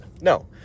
No